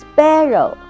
Sparrow